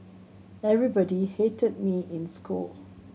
everybody hated me in school